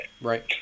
Right